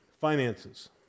finances